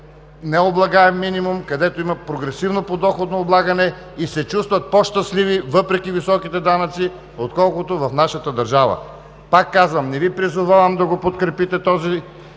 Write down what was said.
необлагаем минимум, където има прогресивно подоходно облагане и се чувстват по-щастливи, въпреки високите данъци, отколкото в нашата държава? Пак казвам: не Ви призовавам да подкрепите този